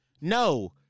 no